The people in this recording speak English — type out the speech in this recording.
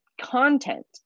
content